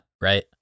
Right